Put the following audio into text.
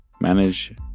manage